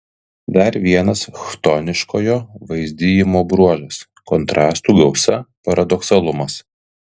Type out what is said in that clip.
dar vienas chtoniškojo vaizdijimo bruožas kontrastų gausa paradoksalumas